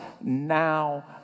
now